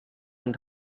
and